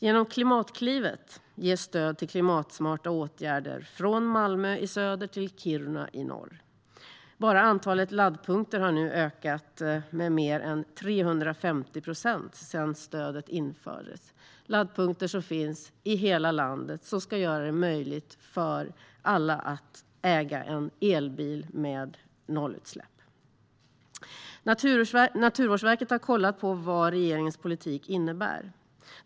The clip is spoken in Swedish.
Genom Klimatklivet ges stöd till klimatsmarta åtgärder från Malmö i söder till Kiruna i norr. Bara antalet laddpunkter har nu ökat med mer än 350 procent sedan stödet infördes, laddpunkter som finns i hela landet och som ska göra det möjligt för alla att äga en elbil med nollutsläpp. Naturvårdsverket har kollat på vad regeringens politik innebär.